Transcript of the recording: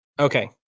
Okay